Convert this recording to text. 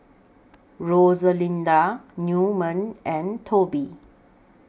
Rosalinda Newman and Toby